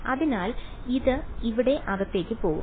അതിനാൽ ഇത് ഇവിടെ അകത്തേക്ക് പോകും